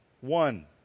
one